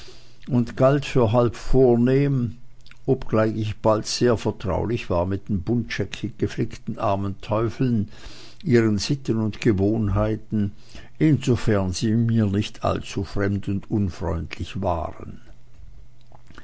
und galt für halb vornehm obgleich ich bald sehr vertraulich war mit den buntscheckig geflickten armen teufeln ihren sitten und gewohnheiten insofern sie mir nicht allzu fremd und unfreundlich waren